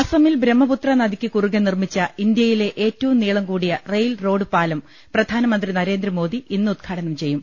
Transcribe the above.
അസമിൽ ബ്രഹ്മപുത്ര നദിക്ക് കുറുകെ നിർമ്മിച്ച ഇന്ത്യയിലെ ഏറ്റവും നീളം കൂടിയ റെയിൽ റോഡ് പാലം പ്രധാനമന്ത്രി നരേന്ദ്രമോദി ഇന്ന് ഉദ്ഘാടനം ചെയ്യും